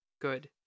good